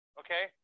okay